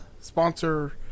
sponsor